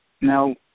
Now